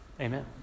Amen